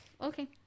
Okay